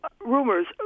rumors